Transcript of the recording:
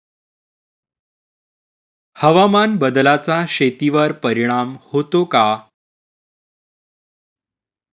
हवामान बदलाचा शेतीवर परिणाम होतो का?